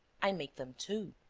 i make them too.